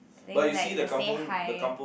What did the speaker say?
I think like to say hi